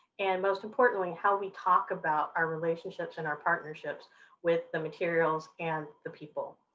and most importantly how we talk about our relationships and our partnerships with the materials and the people.